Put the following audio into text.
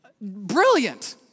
brilliant